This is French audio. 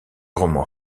roman